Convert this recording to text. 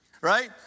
right